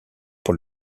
pour